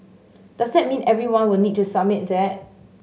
does that mean everyone would need to submit that